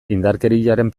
indarkeriaren